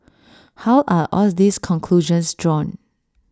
how are all these conclusions drawn